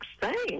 thanks